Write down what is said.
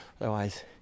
Otherwise